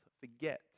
forget